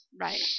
right